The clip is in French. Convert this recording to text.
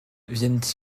viennent